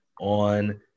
on